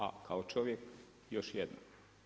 A kao čovjek još jednom.